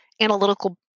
analytical